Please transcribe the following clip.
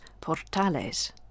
Portales